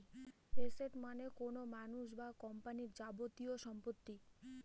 asset মানে কোনো মানুষ বা কোম্পানির যাবতীয় সম্পত্তি